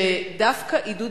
שדווקא עידוד